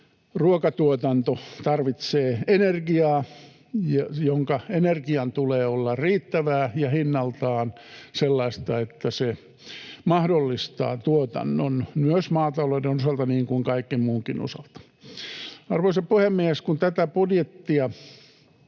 ruokatuotanto tarvitsee energiaa, ja energian tulee olla riittävää ja hinnaltaan sellaista, että se mahdollistaa tuotannon myös maatalouden osalta niin kuin kaiken muunkin osalta. Arvoisa puhemies! Kun tätä budjettia